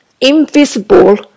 invisible